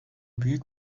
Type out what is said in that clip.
büyük